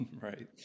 Right